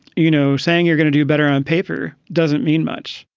you know, saying you're going to do better on paper doesn't mean much.